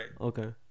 okay